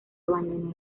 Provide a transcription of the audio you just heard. abandonó